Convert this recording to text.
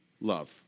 love